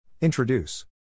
Introduce